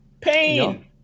Pain